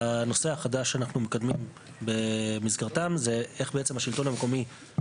הנושא החדש שאנחנו מקדמים במסגרתם זה איך אנחנו יכולים